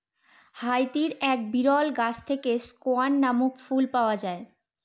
হাইতির এক বিরল গাছ থেকে স্কোয়ান নামক ফুল পাওয়া যায়